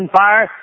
fire